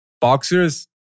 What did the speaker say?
Boxers